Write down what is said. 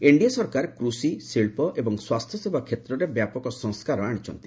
NDA ସରକାର କୃଷି ଶିଳ୍ପ ଏବଂ ସ୍ୱାସ୍ଥ୍ୟସେବା କ୍ଷେତ୍ରରେ ବ୍ୟାପକ ସଂସ୍କାର ଆଶିଛନ୍ତି